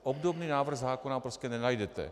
Obdobný návrh zákona prostě nenajdete.